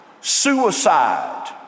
suicide